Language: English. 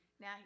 Now